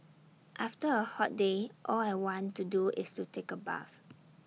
after A hot day all I want to do is to take A bath